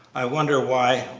i wonder why,